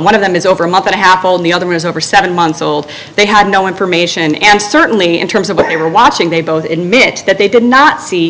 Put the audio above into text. one of them is over a month and a half old the other is over seven months old they had no information and certainly in terms of what they were watching they both in mit that they did not see